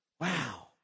Wow